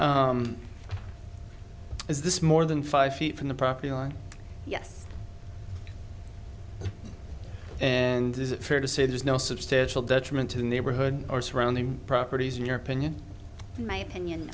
eighteen is this more than five feet from the property line yes and is it fair to say there's no substantial detriment to the neighborhood or surrounding properties in your opinion in my opinion